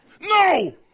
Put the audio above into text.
No